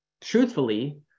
truthfully